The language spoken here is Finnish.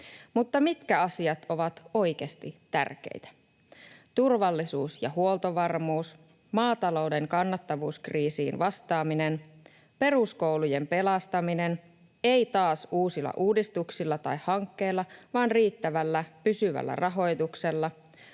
Mutta mitkä asiat ovat oikeasti tärkeitä? Turvallisuus ja huoltovarmuus, maatalouden kannattavuuskriisiin vastaaminen, peruskoulujen pelastaminen — ei taas uusilla uudistuksilla tai hankkeilla vaan riittävällä pysyvällä rahoituksella